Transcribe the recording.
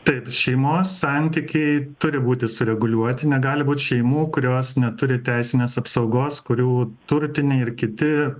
taip šeimos santykiai turi būti sureguliuoti negali būt šeimų kurios neturi teisinės apsaugos kurių turtiniai ir kiti